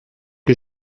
que